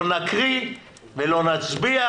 לא נקריא ולא נצביע